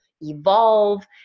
evolve